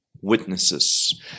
witnesses